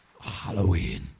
Halloween